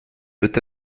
peut